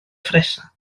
fresa